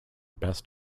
best